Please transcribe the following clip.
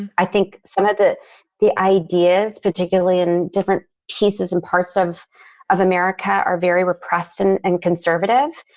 and i think some of the the ideas, particularly in different pieces and parts of of america, are very repressed and and conservative,